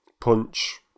Punch